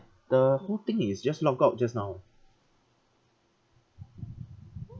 the whole thing is just logged out just now